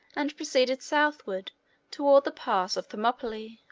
and proceeded southward toward the pass of thermopylae.